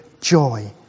joy